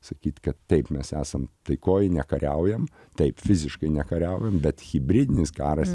sakyt kad taip mes esam taikoj nekariaujam taip fiziškai nekariaujam bet hibridinis karas